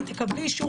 אני יודע שזה לא